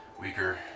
weaker